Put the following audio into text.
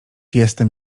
jestem